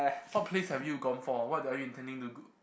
what plays have you gone for what are you intending to go